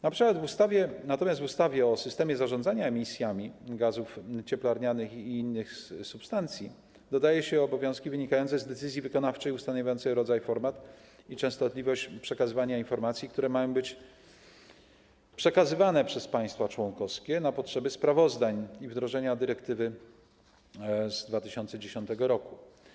Natomiast w ustawie o systemie zarządzania emisjami gazów cieplarnianych i innych substancji dodaje się obowiązki wynikające z decyzji wykonawczej ustanawiającej rodzaj, format i częstotliwość przekazywania informacji, które mają być dostarczane przez państwa członkowskie na potrzeby sprawozdań i wdrożenia dyrektywy z 2010 r.